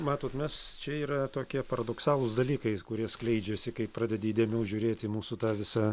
matot mes čia yra tokie paradoksalūs dalykais kurie skleidžiasi kai pradedi įdėmiau žiūrėti į mūsų tą visą